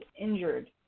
injured